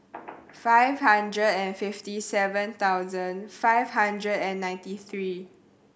five hundred and fifty seven thousand five hundred and ninety three